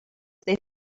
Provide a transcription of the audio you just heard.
they